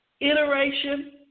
iteration